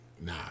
Nah